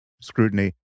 scrutiny